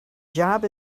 job